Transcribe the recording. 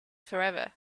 forever